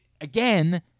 again